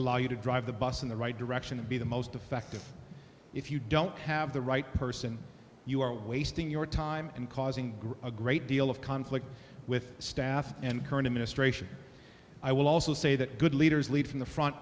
allow you to drive the bus in the right direction and be the most effective if you don't have the right person you are wasting your time and causing great a great deal of conflict with staff and current administration i will also say that good leaders lead from the front